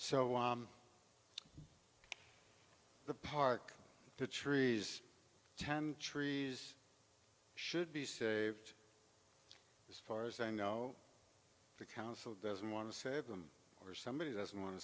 so the park the trees and trees should be saved as far as i know the council doesn't want to save them or somebody doesn't want to